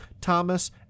Thomas